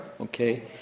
Okay